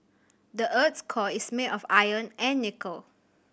the earth's core is made of iron and nickel